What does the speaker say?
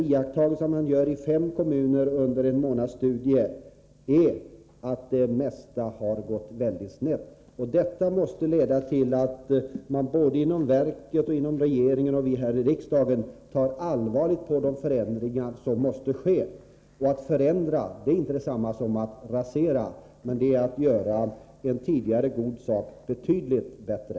Iakttagelsen man gör i fem kommuner under en månads studie är ju att det mesta har gått mycket snett. Detta måste leda till att man både inom verket och inom regeringen samt vi här i riksdagen tar allvarligt på de förändringar som måste ske. Att förändra är inte detsamma som att rasera — det är att göra en tidigare god sak betydligt bättre.